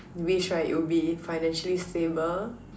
wish right it'll be financially stable